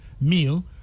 meal